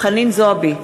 חנין זועבי,